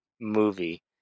movie